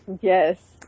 yes